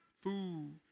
food